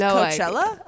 Coachella